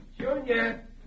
Junior